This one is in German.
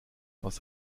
aus